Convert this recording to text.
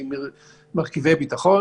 ממרכיבי ביטחון